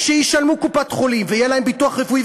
שישלמו קופת-חולים ויהיה להם ביטוח רפואי,